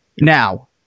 Now